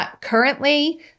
Currently